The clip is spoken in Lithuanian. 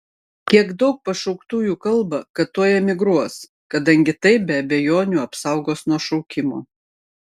kiek daug pašauktųjų kalba kad tuoj emigruos kadangi tai be abejonių apsaugos nuo šaukimo